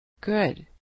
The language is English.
Good